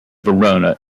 verona